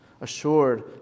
Assured